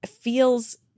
feels